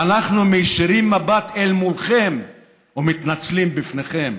ואנחנו מישירים מבט אל מולכם ומתנצלים בפניכם.